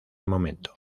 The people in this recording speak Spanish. momento